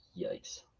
Yikes